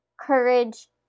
courage